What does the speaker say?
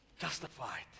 justified